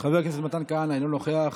חבר הכנסת מתן כהנא, איננו נוכח,